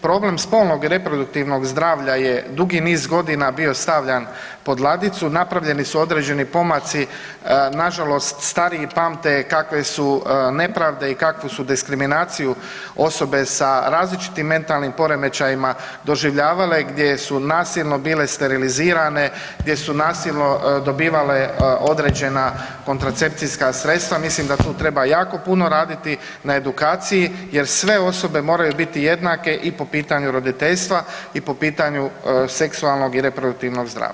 Problem spolnog i reproduktivnog zdravlja je dugi niz godina bio stavljan pod ladicu, napravljeni su određeni pomaci, nažalost stariji pamte kakve su nepravde i kakvu su diskriminaciju osobe s različitim mentalnim poremećajima doživljavale gdje su nasilno bile sterilizirane, gdje su nasilno dobivale određena kontracepcijska sredstava, mislim da tu treba jako puno raditi na edukaciji jer sve osobe moraju biti jednake i po pitanju roditeljstva i po pitanju seksualnog i reproduktivnog zdravlja.